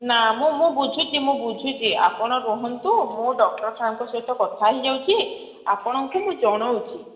ନା ମୁଁ ମୁଁ ବୁଝୁଛି ମୁଁ ବୁଝୁଛି ଆପଣ ରୁହନ୍ତୁ ମୁଁ ଡକ୍ଟର ସାର୍ଙ୍କ ସହିତ କଥା ହେଇଯାଉଛି ଆପଣଙ୍କୁ ମୁଁ ଜଣାଉଛି